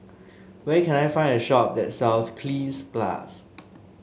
where can I find a shop that sells Cleanz Plus